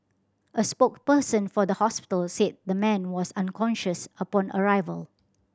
a spokesperson for the hospital said the man was unconscious upon arrival